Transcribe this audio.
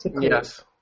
Yes